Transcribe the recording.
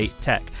tech